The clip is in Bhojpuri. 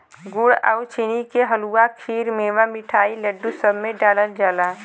गुड़ आउर चीनी के हलुआ, खीर, मेवा, मिठाई, लड्डू, सब में डालल जाला